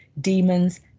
demons